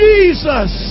Jesus